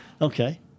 Okay